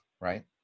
right